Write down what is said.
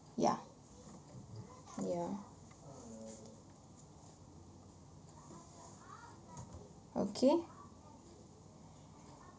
ya yeah okay